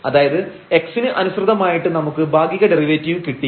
അതായത് x ന് അനുസൃതമായിട്ട് നമുക്ക് ഭാഗിക ഡെറിവേറ്റീവ് കിട്ടി